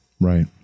right